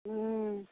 हुँ